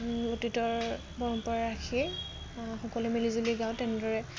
অতীতৰ পৰম্পৰা ৰাখি সকলোৱে মিলিজুলি গাওঁ তেনেদৰে